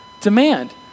demand